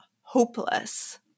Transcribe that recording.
hopeless